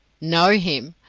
know him?